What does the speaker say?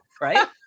right